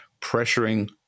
pressuring